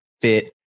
fit